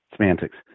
semantics